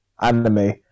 anime